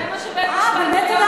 אה, באמת?